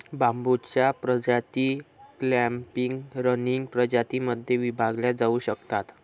बांबूच्या प्रजाती clumping, running प्रजातीं मध्ये विभागल्या जाऊ शकतात